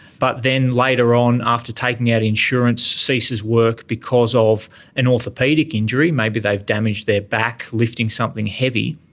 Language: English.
but then later on after taking out insurance, ceases work because of an orthopaedic injury, maybe they've damaged their back lifting something heavy,